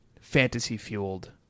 fantasy-fueled